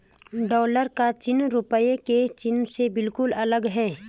dollar का चिन्ह रूपए के चिन्ह से बिल्कुल अलग है